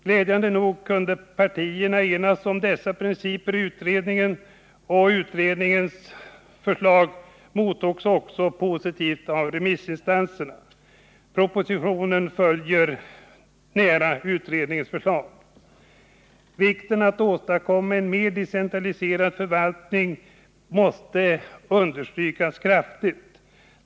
Glädjande nog kunde partierna i utredningen enas om dessa principer, och utredningens förslag mottogs också positivt av remissinstan krångel och onödig byråkrati serna. Propositionen följer nära utredningens förslag. Vikten av att åstadkomma en mer decentraliserad förvaltning måste kraftigt understrykas.